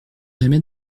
jamais